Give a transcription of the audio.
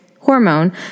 hormone